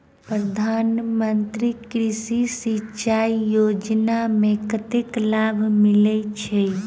प्रधान मंत्री कृषि सिंचाई योजना मे कतेक लाभ मिलय छै?